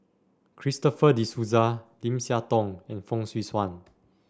Christopher De Souza Lim Siah Tong and Fong Swee Suan